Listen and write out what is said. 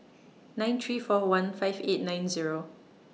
nine three four one five eight nine Zero